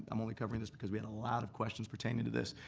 i'm only covering this, because we had a lot of questions pertaining to this.